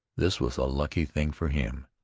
this was a lucky thing for him,